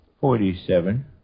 Forty-seven